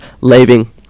leaving